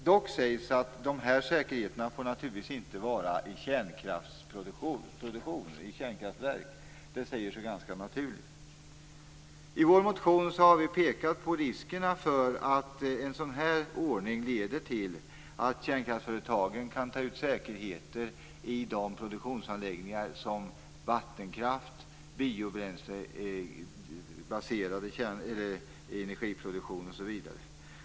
Dock sägs att de här säkerheterna naturligtvis inte får vara i kärnkraftsproduktion, i kärnkraftverk. Det är ganska naturligt. I vår motion har vi pekat på riskerna för att en sådan här ordning leder till att kärnkraftsföretagen kan ta ut säkerheter i produktionsanläggningar som vattenkraft, biobränslebaserad energiproduktion osv.